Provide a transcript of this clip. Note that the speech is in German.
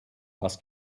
was